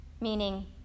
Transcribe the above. meaning